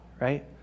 right